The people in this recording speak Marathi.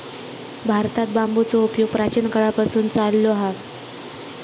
भारतात बांबूचो उपयोग प्राचीन काळापासून चाललो हा